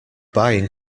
buying